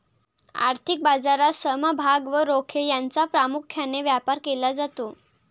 आर्थिक बाजारात समभाग व रोखे यांचा प्रामुख्याने व्यापार केला जातो